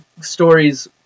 stories